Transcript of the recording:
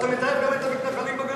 אתה מתעב גם את המתנחלים בגליל,